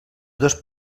dos